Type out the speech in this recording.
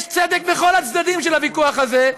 יש צדק בכל הצדדים של הוויכוח הזה,